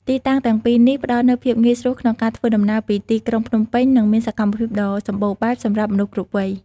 ទីតាំងទាំងពីរនេះផ្តល់នូវភាពងាយស្រួលក្នុងការធ្វើដំណើរពីទីក្រុងភ្នំពេញ និងមានសកម្មភាពដ៏សម្បូរបែបសម្រាប់មនុស្សគ្រប់វ័យ។